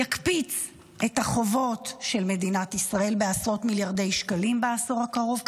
יקפיץ את החובות של מדינת ישראל בעשרות מיליארדי שקלים בעשור הקרוב,